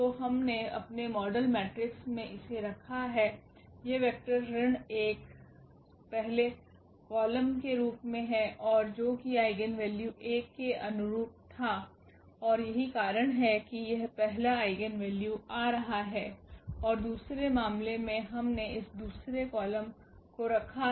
तो हमने अपने मॉडल मेट्रिक्स में इसे रखा है ये वेक्टर ऋण 1 पहले कॉलम के रूप में है और जो कि आइगेन वैल्यू 1 के अनुरूप था और यही कारण है कि यह पहला आइगेन वैल्यू आ रहा है और दूसरे मामले में हमने इस दूसरे कॉलम को रखा है